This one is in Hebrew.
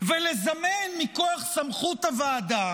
ולזמן מכוח סמכות הוועדה